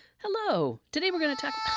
hello, today we are going to talk